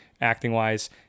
acting-wise